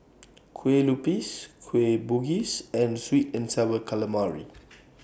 Kue Lupis Kueh Bugis and Sweet and Sour Calamari